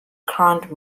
crowned